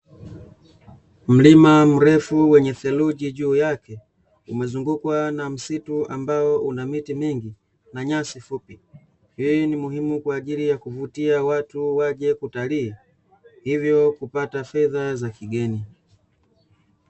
Mlima mrefu wenye seluji juu yake umezungukwa na msitu ambao una miti mingi na nyasi fupi. Hii ni muhimu kwa ajili ya kuvutia watu waje kutalii hivyo kupata fedha za kigeni.